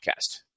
podcast